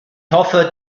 hoffe